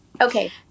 Okay